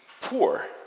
poor